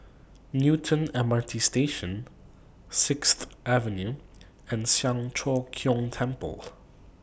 Newton M R T Station Sixth Avenue and Siang Cho Keong Temple